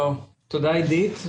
תודה עידית,